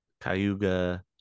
Cayuga